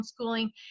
homeschooling